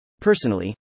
Personally